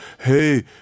hey